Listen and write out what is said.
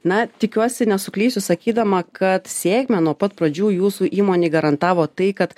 na tikiuosi nesuklysiu sakydama kad sėkmę nuo pat pradžių jūsų įmonei garantavo tai kad